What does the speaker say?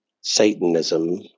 Satanism